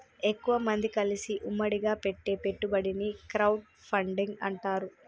ఎక్కువమంది కలిసి ఉమ్మడిగా పెట్టే పెట్టుబడిని క్రౌడ్ ఫండింగ్ అంటారు